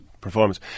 performance